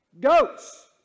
goats